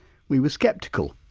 we were sceptical.